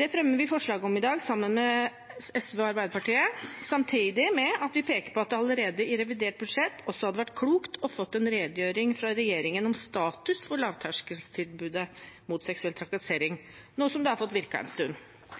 Det fremmer vi forslag om i dag, sammen med SV og Arbeiderpartiet, samtidig med at vi peker på at det allerede i revidert budsjett hadde vært klokt å få en redegjørelse fra regjeringen om status for lavterskeltilbudet mot seksuell trakassering, nå som det har fått virke en stund.